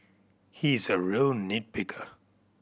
he is a real nit picker